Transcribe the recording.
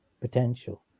potential